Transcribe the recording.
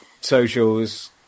socials